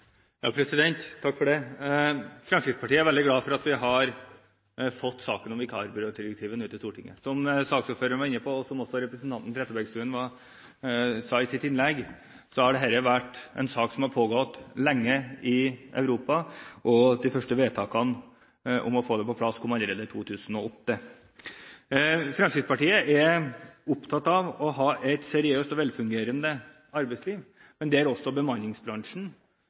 ja til direktivet i kombinasjon med tiltakspakken, fordi dette til sammen vil føre til et bedre arbeidsliv for flere. Fremskrittspartiet er veldig glad for at vi nå har fått saken om vikarbyrådirektivet til Stortinget. Som saksordføreren var inne på, og som også representanten Trettebergstuen sa i sitt innlegg, har dette vært en sak som har pågått lenge i Europa. De første vedtakene for å få det på plass kom allerede i 2008. Fremskrittspartiet er opptatt av å ha et seriøst og velfungerende arbeidsliv, der også bemanningsbransjen